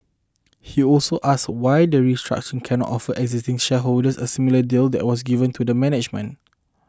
he also asked why the restructuring cannot offer existing shareholders a similar deal there was given to the management